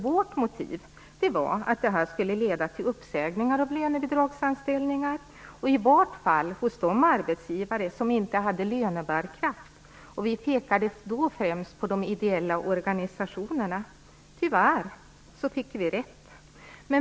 Vårt motiv var att det skulle leda till uppsägningar av lönebidragsanställda - i vart fall hos de arbetsgivare som inte hade lönebärkraft. Vi pekade då främst på de ideella organisationerna. Tyvärr fick vi rätt.